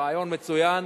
הרעיון מצוין,